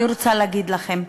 אני רוצה להגיד לכם,